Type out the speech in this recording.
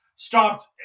stopped